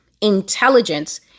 intelligence